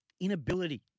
inability